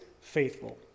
faithful